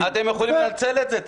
---- אתם יכולים לנצל את זה לטובה.